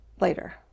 later